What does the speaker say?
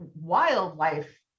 wildlife